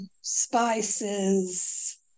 spices